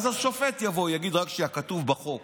השופט יבוא, יגיד: רק שנייה, כתוב בחוק